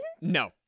No